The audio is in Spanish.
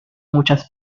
muchas